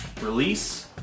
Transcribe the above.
release